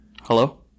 Hello